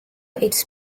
its